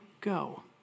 go